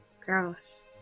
gross